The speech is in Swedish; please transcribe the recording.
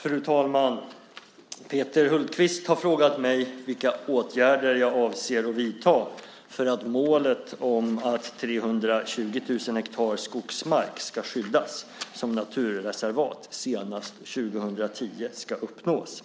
Fru talman! Peter Hultqvist har frågat mig vilka åtgärder jag avser att vidta för att målet om att 320 000 hektar skogsmark ska skyddas som naturreservat senast 2010 ska uppnås.